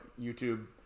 YouTube